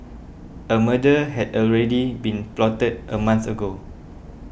a murder had already been plotted a month ago